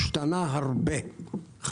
השתנה הרבה.